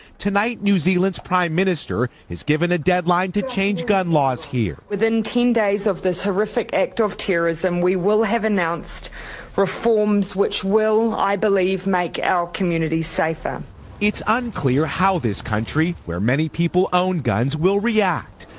tonight new zealand's prime minister has given a deadline to change gun laws here. within ten days of this horrific act of terrorism, we will have announced reforms which will, i believe, make our community safer. reporter it's unclear how this country, where many people own guns, will react.